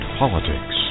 politics